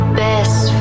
best